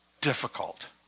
difficult